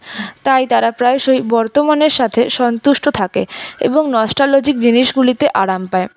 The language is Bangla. তাই তারা প্রায়শই বর্তমানের সাথে সন্তুষ্ট থাকে এবং নস্টালজিক জিনিসগুলিতে আরাম পায়